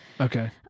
Okay